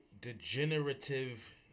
degenerative